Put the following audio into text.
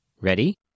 Ready